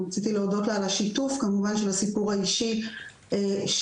רציתי להודות לה על השיתוף על הסיפור האישי שלה.